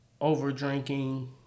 over-drinking